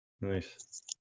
Nice